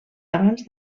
abans